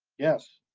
yes.